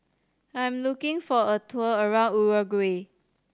I am looking for a tour around Uruguay